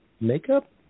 makeup